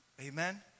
Amen